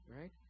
right